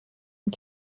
und